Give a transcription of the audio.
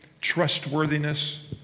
trustworthiness